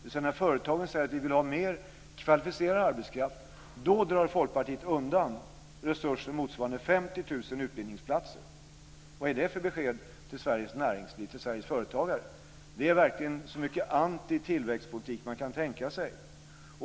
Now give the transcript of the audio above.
När företagen säger att de vill ha mer kvalificerad arbetskraft drar Folkpartiet undan resurser motsvarande 50 000 utbildningsplatser. Vad är det för besked till Sveriges näringsliv, till Sverige företagare? Det är verkligen så mycket antitillväxtpolitik som man kan tänka sig!